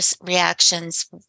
reactions